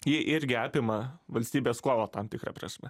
ji irgi apima valstybės skolą tam tikra prasme